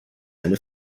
eine